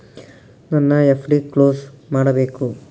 ನನ್ನ FD close ಮಾಡಬೇಕು